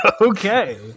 Okay